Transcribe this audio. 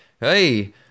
Hey